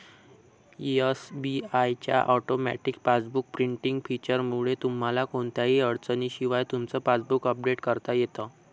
SBI च्या automatic passbook printing फीचरमुळे तुम्हाला कोणत्याही अडचणीशिवाय तुमचं पासबुक अपडेट करता येतं